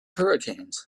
hurricanes